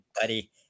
buddy